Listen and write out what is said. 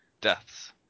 Deaths